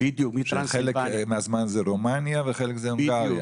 שחלק מהזמן זה רומניה וחלק זה הונגריה.